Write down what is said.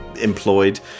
employed